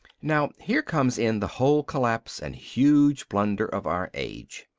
now here comes in the whole collapse and huge blunder of our age.